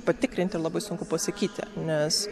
patikrinti ir labai sunku pasakyti nes